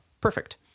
perfect